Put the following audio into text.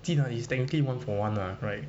竟能 is technically one for one ah right